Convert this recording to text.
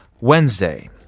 Wednesday